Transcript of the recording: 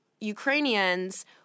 Ukrainians